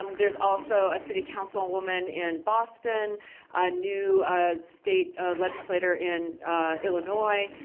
um there's also a city council woman in boston, a new state legislator in illinois.